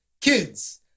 kids